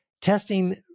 Testing